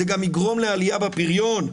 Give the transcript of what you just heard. זה גם יגרום לעלייה בפריון,